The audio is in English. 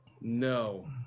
No